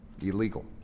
illegal